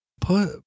put